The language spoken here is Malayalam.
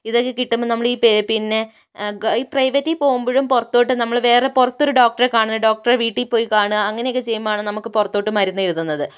ഇതൊക്കെ കിട്ടുമ്പോൾ നമ്മൾ പേ ഈ പിന്നെ ഗൈ ഈ പ്രൈവറ്റിൽ പോകുമ്പോഴും പുറത്തോട്ടു നമ്മൾ പുറത്ത് വേറെ പുറത്ത് ഒരു ഡോക്ടറെ കാണുന്നു ഡോക്ടറെ വീട്ടിൽ പോയി കാണുക അങ്ങനെയൊക്കെ ചെയ്യുമ്പോഴാണ് നമുക്ക് പുറത്തോട്ടു മരുന്ന് എഴുതി തരുന്നത്